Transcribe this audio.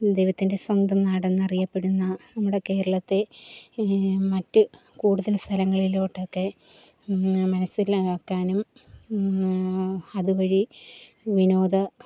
ദൈവത്തിന്റെ സ്വന്തം നാടെന്നറിയപ്പെടുന്ന നമ്മുടെ കേരളത്തെ മറ്റ് കൂടുതൽ സ്ഥലങ്ങളിലോട്ടൊക്കെ മനസ്സിലാക്കാനും അതുവഴി വിനോദ